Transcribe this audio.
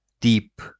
deep